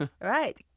Right